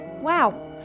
Wow